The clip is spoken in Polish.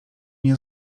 nie